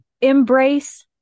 Embrace